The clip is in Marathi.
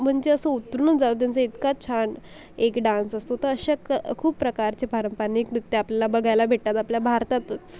म्हणजे असं उतरूनच जाव त्यांचा इतका छान एक डान्स असतो तर अशा क खूप प्रकारचे पारंपनिक नृत्य आपल्याला बघायला भेटतात आपल्या भारतातच